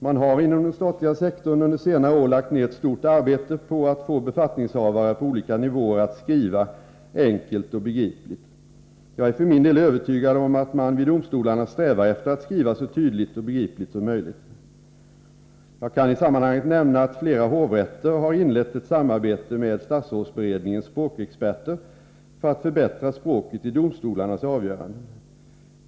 Man har inom den statliga sektorn under senare år lagt ner ett stort arbete på att få befattningshavare på olika nivåer att skriva enkelt och begripligt. Jag är för min del övertygad om att man vid domstolarna strävar efter att skriva så tydligt och begripligt som möjligt. Jag kan i sammanhanget nämna att flera hovrätter har inlett ett samarbete med statsrådsberedningens språkexperter för att förbättra språket i domstolarnas avgöranden.